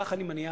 כך אני מניח,